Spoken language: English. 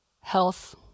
health